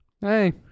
Hey